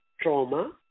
trauma